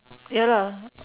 ya lah